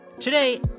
Today